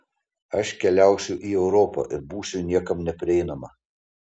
aš keliausiu į europą ir būsiu niekam neprieinama